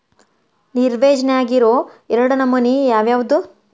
ಲಿವ್ರೆಜ್ ನ್ಯಾಗಿರೊ ಎರಡ್ ನಮನಿ ಯಾವ್ಯಾವ್ದ್?